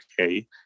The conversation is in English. okay